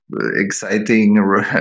exciting